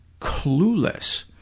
clueless